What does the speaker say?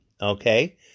Okay